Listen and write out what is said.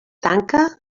tanca